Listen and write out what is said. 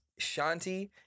Shanti